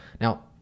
Now